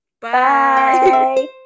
Bye